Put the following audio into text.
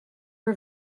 her